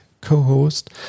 co-host